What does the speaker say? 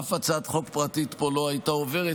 אף הצעת חוק פרטית פה לא הייתה עוברת,